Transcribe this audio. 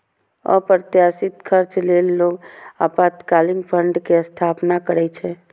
अप्रत्याशित खर्च लेल लोग आपातकालीन फंड के स्थापना करै छै